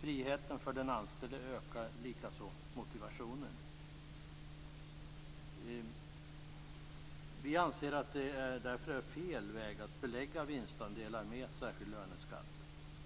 Friheten för den anställde ökar, likaså motivationen. Vi anser därför att det är fel väg att belägga vinstandelar med särskild löneskatt.